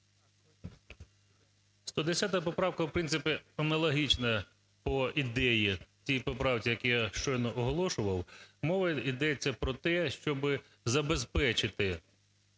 101 поправка, в принципі, вона аналогічна по ідеї тій поправці, яку я щойно оголошував. Мова йде про те, щоби забезпечити